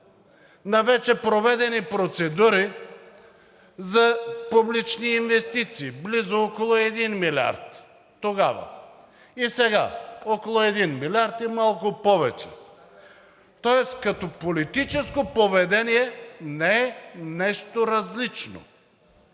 на вече проведени процедури за публични инвестиции, близо около 1 милиард тогава, и сега около 1 милиард и малко повече, тоест като политическо поведение не е нещо различно.